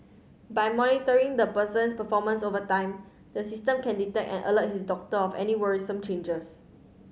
by monitoring the person's performance over time the system can detect and alert his doctor of any worrisome changes